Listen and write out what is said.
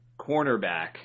cornerback